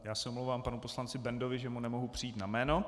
Já se omlouvám panu poslanci Bendovi, že mu nemohu přijít na jméno.